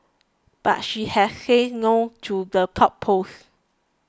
but she has said no to the top post